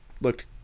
looked